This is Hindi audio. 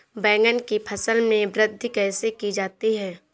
बैंगन की फसल में वृद्धि कैसे की जाती है?